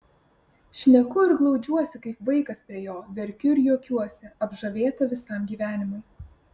šneku ir glaudžiuosi kaip vaikas prie jo verkiu ir juokiuosi apžavėta visam gyvenimui